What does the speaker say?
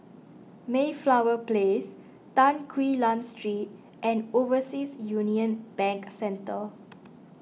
Mayflower Place Tan Quee Lan Street and Overseas Union Bank Centre